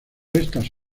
estas